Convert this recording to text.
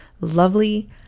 lovely